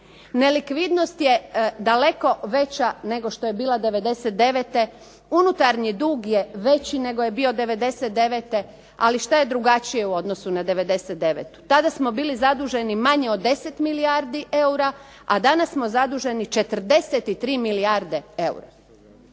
Nelikvidnost je daleko veća nego što je bila '99., unutarnji dug je veći nego je bio '99., ali šta je drugačije u odnosu na '99.? Tada smo bili zaduženi manje od 10 milijardi eura, a danas smo zaduženi 43 milijarde eura.